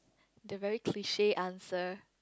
the very cliche answer